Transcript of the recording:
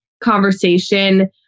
conversation